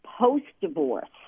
post-divorce